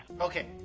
Okay